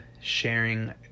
sharing